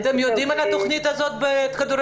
אתם יודעים על התכנית הזאת בכדורגל?